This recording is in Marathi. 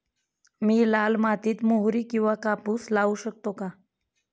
मी लाल मातीत मोहरी किंवा कापूस लावू शकतो का?